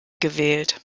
gewählt